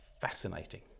fascinating